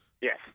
Yes